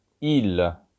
Il